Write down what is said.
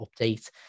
update